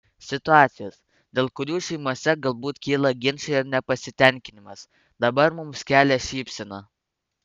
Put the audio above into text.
situacijos dėl kurių šeimose galbūt kyla ginčai ar nepasitenkinimas dabar mums kelia šypseną